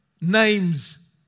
names